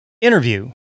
interview